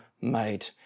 made